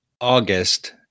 August